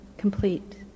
complete